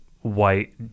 white